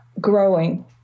Growing